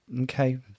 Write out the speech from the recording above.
okay